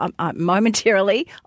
momentarily